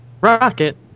Rocket